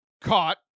caught